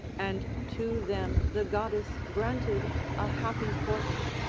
and to them the goddess granted a happy portent,